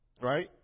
Right